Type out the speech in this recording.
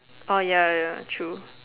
oh ya ya ya true